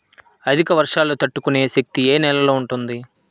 అధిక వర్షాలు తట్టుకునే శక్తి ఏ నేలలో ఉంటుంది?